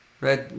right